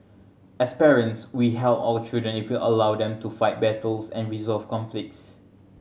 as parents we help our children if we allow them to fight battles and resolve conflicts